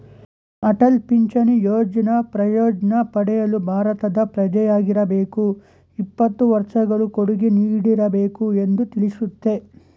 ಅಟಲ್ ಪಿಂಚಣಿ ಯೋಜ್ನ ಪ್ರಯೋಜ್ನ ಪಡೆಯಲು ಭಾರತದ ಪ್ರಜೆಯಾಗಿರಬೇಕು ಇಪ್ಪತ್ತು ವರ್ಷಗಳು ಕೊಡುಗೆ ನೀಡಿರಬೇಕು ಎಂದು ತಿಳಿಸುತ್ತೆ